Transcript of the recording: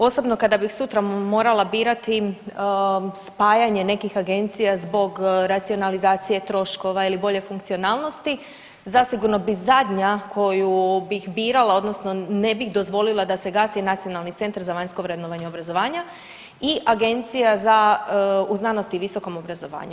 Osobno kada bih sutra morala birati spajanje nekih agencija zbog racionalizacije troškova ili bolje funkcionalnosti zasigurno bi zadnja koju bih birala odnosno ne bi dozvola da se gasi je Nacionalni centra za vanjsko vrednovanje obrazovanja i Agencija u znanosti i visokom obrazovanju.